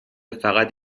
فقط